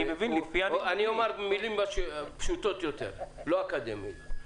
אני אומר במילים פשוטות יותר, לא אקדמיות: